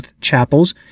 chapels